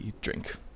drink